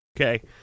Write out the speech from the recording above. Okay